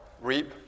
reap